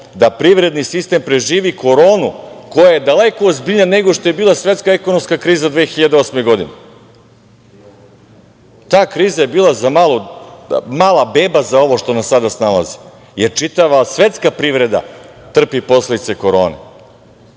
da privredni sistem preživi koronu, koja je daleko ozbiljnija nego što je bila svetska ekonomska kriza 2008. godine. Ta kriza je bila mala beba za ovo što nas sada snalazi, jer čitava svetska privreda trpi posledice korone. Jednim